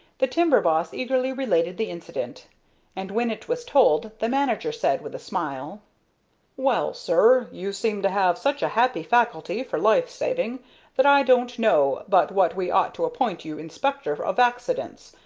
the timber boss eagerly related the incident and when it was told the manager said, with a smile well, sir, you seem to have such a happy faculty for life-saving that i don't know but what we ought to appoint you inspector of accidents.